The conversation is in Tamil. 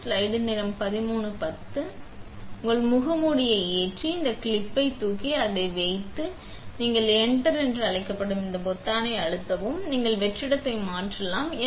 எனவே நீங்கள் இங்கே உங்கள் முகமூடியை ஏற்றி இங்கே இந்த கிளிப்பை தூக்கி அதை வைத்து அதை வைத்து நீங்கள் என்டர் என்று அழைக்கப்படும் இந்த பொத்தானை அழுத்தவும் நீங்கள் வெற்றிடத்தை மாற்றலாம்